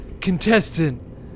contestant